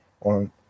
on